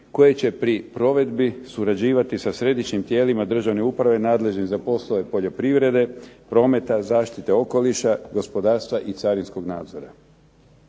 koje će pri provedbi surađivati sa središnjim tijelima državne uprave nadležnim za poslove poljoprivrede, prometa, zaštite okoliša, gospodarstva i carinskog nadzora.